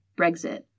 Brexit